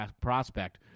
prospect